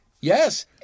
Yes